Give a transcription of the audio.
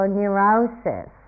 neurosis